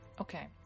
Okay